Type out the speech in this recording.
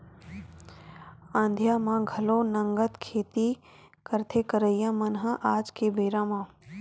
अंधिया म घलो नंगत खेती करथे करइया मन ह आज के बेरा म